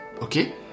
okay